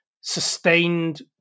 sustained